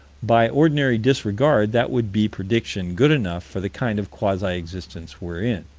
by ordinary disregard that would be prediction good enough for the kind of quasi-existence we're in.